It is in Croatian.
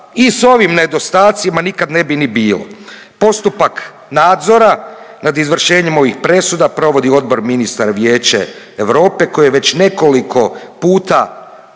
i s ovim nedostacima nikad ne bi ni bilo. Postupak nadzora nad izvršenjem ovih presuda provodi Odbor ministra Vijeće Europe koje je već nekoliko puta,